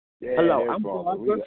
Hello